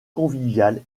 conviviale